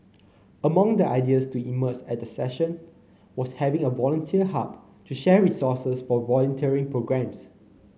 among the ideas to emerge at the session was having a volunteer hub to share resources for volunteering programmes